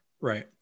Right